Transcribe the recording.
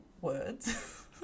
words